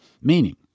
meaning